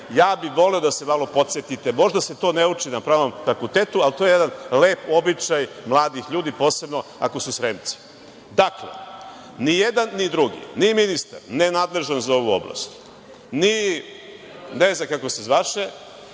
bih da se malo podsetite. Možda se to ne uči na Pravnom fakultetu, ali to je jedan lep običaj mladih ljudi, posebno ako su Sremci. Dakle, ni jedan, ni drugi, ni ministar nenadležan za ovu oblast, ni ne znam kako se zvaše,